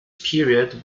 period